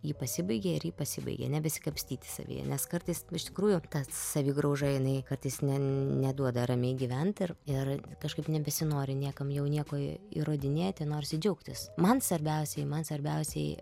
ji pasibaigė ir ji pasibaigė nebesikapstyti savyje nes kartais iš tikrųjų ta savigrauža jinai kartais ne neduoda ramiai gyvent ir ir kažkaip nebesinori niekam jau nieko įrodinėti norisi džiaugtis man svarbiausiai man svarbiausiai